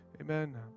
Amen